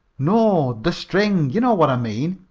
no, the string. ye know what i mean.